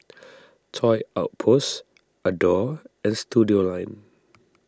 Toy Outpost Adore and Studioline